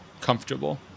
comfortable